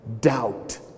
doubt